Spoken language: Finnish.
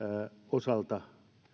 osalta